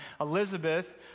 Elizabeth